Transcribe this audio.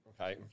Okay